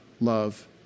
love